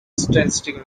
statistical